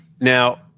Now –